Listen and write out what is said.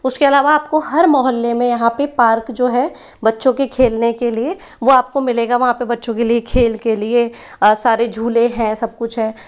उसके अलावा आपको हर मोहल्ले में यहाँ पे पार्क जो है बच्चों के खेलने के लिए वो आपको मिलेगा वहाँ पे बच्चों के लिए खेल के लिए सारे झूले हैं सब कुछ है